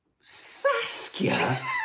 Saskia